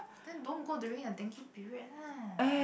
then don't go during the dengue period lah